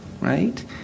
Right